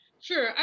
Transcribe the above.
Sure